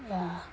ya